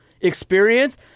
experience